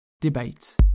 debate